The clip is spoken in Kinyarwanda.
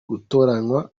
gutoranywa